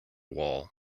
wall